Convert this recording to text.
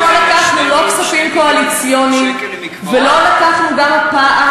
אנחנו לא לקחנו כספים קואליציוניים ולא לקחנו גם הפעם